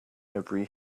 every